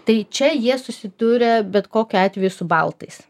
tai čia jie susidūrė bet kokiu atveju su baltais